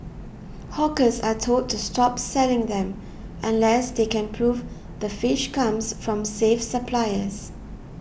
hawkers are told to stop selling them unless they can prove the fish comes from safe suppliers